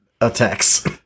attacks